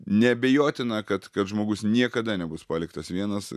neabejotina kad kad žmogus niekada nebus paliktas vienas